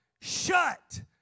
shut